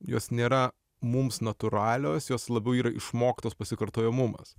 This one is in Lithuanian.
jos nėra mums natūralios jos labiau yra išmoktos pasikartojamumas